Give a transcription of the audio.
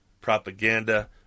propaganda